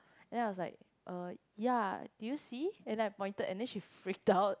then I was like uh ya did you see and then I pointed and then she freaked out